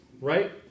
Right